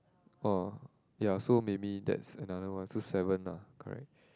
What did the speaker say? oh ya so maybe that's another one so seven lah correct